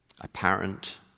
apparent